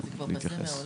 להתייחס.